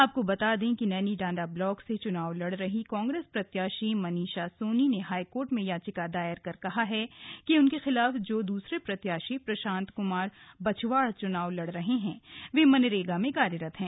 आपको बता दें कि नैनीडांडा ब्लाक से चुनाव लड़ रहीं कांग्रेस प्रत्याशी मनीषा सोनी ने हाईकोर्ट में याचिका दायर कर कहा है कि उनके खिलाफ जो दूसरे प्रत्याशी प्रशांत कुमार बछवाड़ चुनाव लड़ रहे हैं वह मनरेगा में कार्यरत हैं